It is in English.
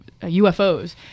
UFOs